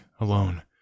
alone